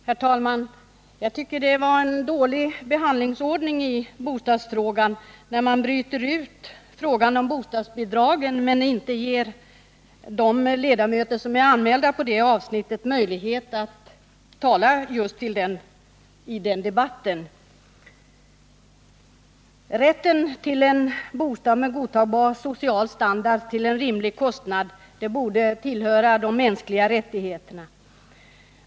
Herr talman! Jag tycker att det är en dålig behandlingsordning i bostadsfrågan när man bryter ut frågan om bostadsbidragen men inte ger de ledamöter som är anmälda på det avsnittet möjlighet att tala just i den debatten. En bostad med godtagbar social standard till rimlig kostnad borde tillhöra de mänskliga rättigheterna.